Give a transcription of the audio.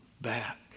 back